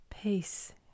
Peace